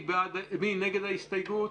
4 נגד,